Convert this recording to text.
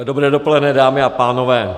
Dobré dopoledne, dámy a pánové.